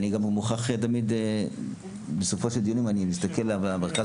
אני מוכרח בסופו של דיון להסתכל על מרכז